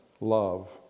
love